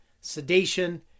sedation